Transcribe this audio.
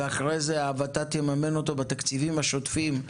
ואחרי זה הוות"ת יממן אותו בתקציבים השוטפים.